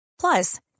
Plus